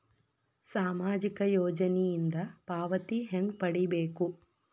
ಸಾಮಾಜಿಕ ಯೋಜನಿಯಿಂದ ಪಾವತಿ ಹೆಂಗ್ ಪಡಿಬೇಕು?